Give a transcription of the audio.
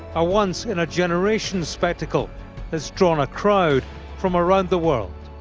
a once in a generation spectacle has drawn a crowd from around the world.